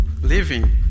living